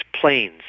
planes